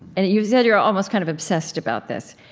and you've said you're almost kind of obsessed about this.